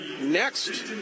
next